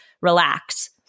relax